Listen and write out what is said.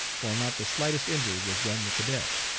while not the slightest injury was done the cadet.